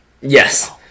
Yes